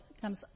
comes